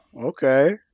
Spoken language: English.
okay